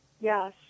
Yes